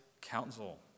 counsel